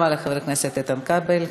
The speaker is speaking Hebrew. תודה רבה לחבר הכנסת איתן כבל.